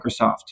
Microsoft